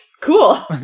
cool